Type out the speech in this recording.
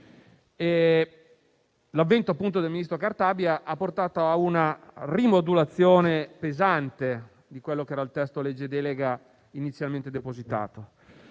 L'avvento del ministro Cartabia ha portato a una rimodulazione pesante di quello che era il testo di legge delega inizialmente depositato.